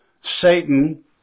Satan